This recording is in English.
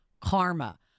karma